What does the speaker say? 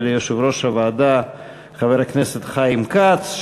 וליושב-ראש הוועדה חבר הכנסת חיים כץ.